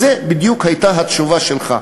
זו בדיוק הייתה התשובה שלך.